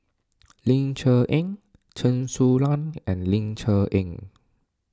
Ling Cher Eng Chen Su Lan and Ling Cher Eng